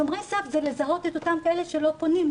שומרי סף זה לזהות את אותם אלה שלא פונים,